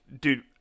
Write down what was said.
dude